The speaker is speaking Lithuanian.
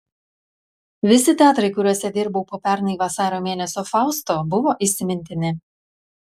visi teatrai kuriuose dirbau po pernai vasario mėnesio fausto buvo įsimintini